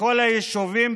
בכל היישובים,